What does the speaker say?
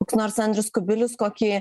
koks nors andrius kubilius kokį